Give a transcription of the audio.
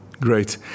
Great